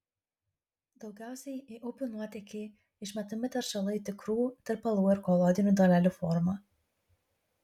daugiausiai į upių nuotėkį išmetami teršalai tikrų tirpalų ir koloidinių dalelių forma